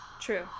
True